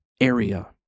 area